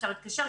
אפשר להתקשר,